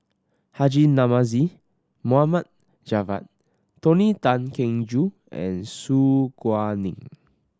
Haji Namazie Mohd Javad Tony Tan Keng Joo and Su Guaning